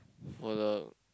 for the